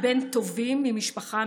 בבקשה.